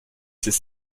ces